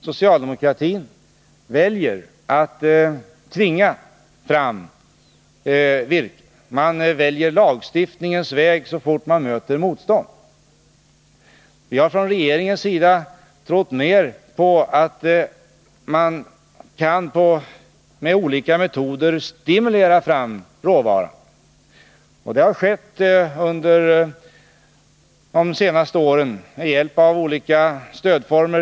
Socialdemokratin väljer att tvinga fram virke. Man väljer lagstiftningens väg så snart man möter motstånd. Från regeringens sida tror vi mera på att man med olika metoder kan stimulera fram råvaran. Det har vi gjort under de senaste åren med hjälp av olika stödformer.